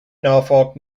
norfolk